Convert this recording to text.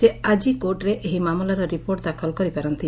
ସେ ଆଜି କୋର୍ଟରେ ଏହି ମାମଲାର ରିପୋର୍ଟ ଦାଖଲ କରିପାରନ୍ତି